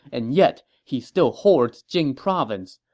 and yet he still hoards jing province.